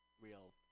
real